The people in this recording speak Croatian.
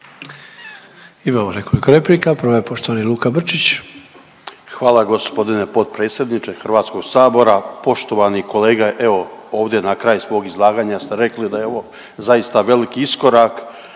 Imamo nekoliko replika. Prva je poštovani Luka Brčić. **Brčić, Luka (HDZ)** Hvala g. potpredsjedniče HS-a, poštovani kolega, evo, ovdje na kraj svog izlaganja ste rekli da je ovo zaista veliki iskorak